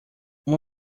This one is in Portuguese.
uma